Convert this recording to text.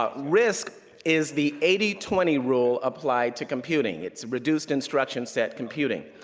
ah risc is the eighty twenty rule applied to computing. it's reduced instruction set computing.